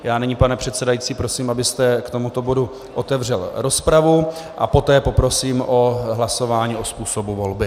Já nyní, pane předsedající, prosím, abyste k tomuto bodu otevřel rozpravu, a poté poprosím o hlasování o způsobu volby.